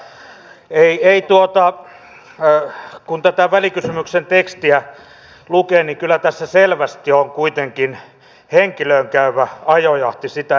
miten tämä puolustusministerin mielestä on suhteessa siihen säästötavoitteeseen jonka olette asettanut kriisinhallinnalle nyt nämä pyynnöt ja ne lupaukset mitä on annettu